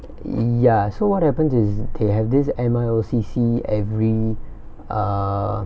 ya so what happens is they have this M_I_O_C_C every uh